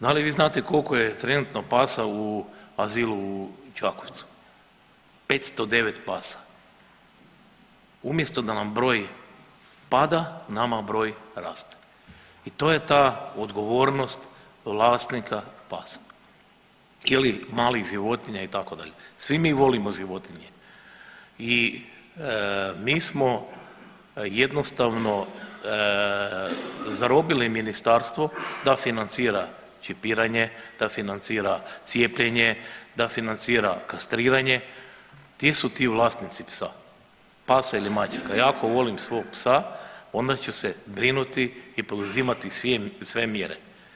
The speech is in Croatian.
Da li vi znate koliko je trenutno pasa u azilu u Čakovcu, 509 pasa, umjesto da nam broj pada nama broj raste i to je ta odgovornost vlasnika pasa ili malih životinja itd., svi mi volimo životinje i mi smo jednostavno zarobili ministarstvo da financira čipiranje, da financira cijepljenje, da financira kastriranje, gdje su ti vlasnici psa, pasa ili mačaka i ako volim svog psa onda ću se brinuti i poduzimati sve mjere.